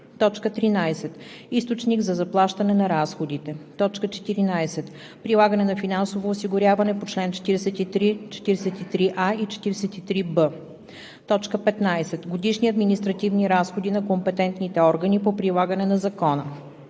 13. източник за заплащане на разходите; 14. прилагане на финансово осигуряване по чл. 43, 43а и 43б; 15. годишни административни разходи на компетентните органи по прилагане на закона;